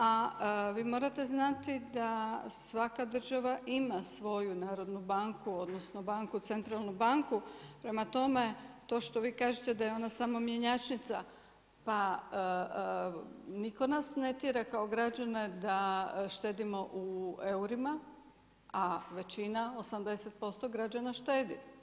A vi morate znati da svaka država ima svoju narodnu banku odnosno centralnu banku, prema tome to što vi kažete da je ona samo mjenjačnica, pa niko nas ne tjera kao građane da štedimo u eurima, a većina 80% građana štedi.